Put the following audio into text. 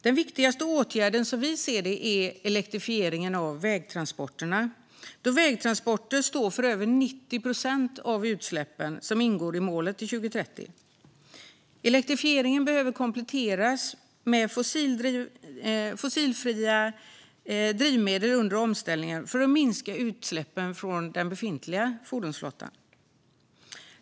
Den viktigaste åtgärden, som vi ser det, är elektrifieringen av vägtransporterna, då vägtransporterna står för över 90 procent av utsläppen som ingår i målet till 2030. Elektrifieringen behöver kompletteras med fossilfria drivmedel under omställningen för att minska utsläppen från den befintliga fordonsflottan.